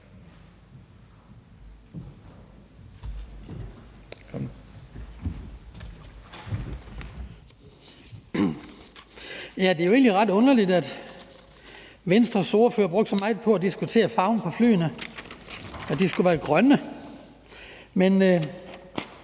Det er jo egentlig ret underligt, at Venstres ordfører brugte så meget tid på at diskutere farven på flyene – at de skulle være grønne – men